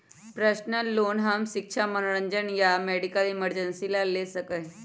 personal loan हम शिक्षा मनोरंजन या मेडिकल इमरजेंसी ला ले सका ही